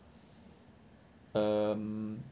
um